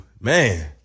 man